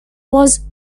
was